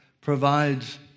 provides